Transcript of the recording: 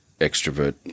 extrovert